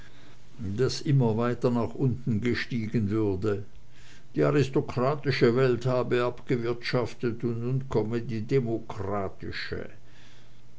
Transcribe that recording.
daß immer weiter nach unten gestiegen würde die aristokratische welt habe abgewirtschaftet und nun komme die demokratische